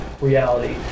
reality